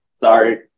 sorry